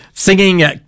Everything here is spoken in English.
Singing